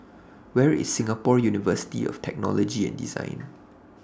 Where IS Singapore University of Technology and Design